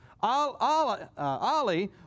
Ali